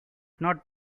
not